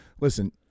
listen